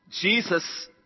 Jesus